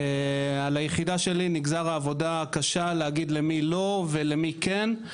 על היחידה שלי נגזרה העבודה הקשה להגיד למי לא ולמי כן.